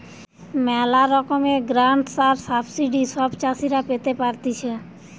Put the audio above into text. ম্যালা রকমের গ্রান্টস আর সাবসিডি সব চাষীরা পেতে পারতিছে